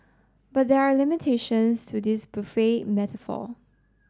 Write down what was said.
but there are limitations to this buffet metaphor